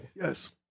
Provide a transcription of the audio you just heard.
Yes